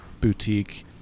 boutique